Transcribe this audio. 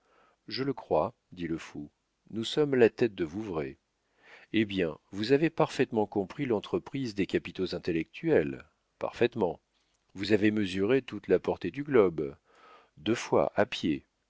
je le crois dit le fou nous sommes la tête de vouvray hé bien vous avez parfaitement compris l'entreprise des capitaux intellectuels parfaitement vous avez mesuré toute la portée du globe deux fois à pied